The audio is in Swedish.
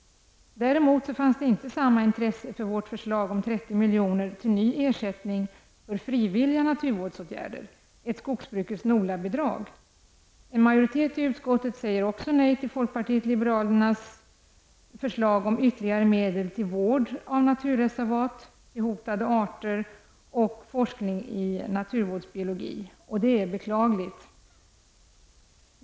Däremot fanns det inte samma intresse för vårt förslag om 30 milj.kr. bidrag. En majoritet i utskottet säger också nej till folkpartiet liberalernas förslag om ytterligare medel till vård av naturreservat, hotade arter och forskning i naturvårdsbiologi. Det är beklagligt.